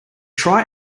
try